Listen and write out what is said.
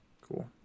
cool